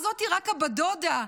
זאת רק בת הדודה,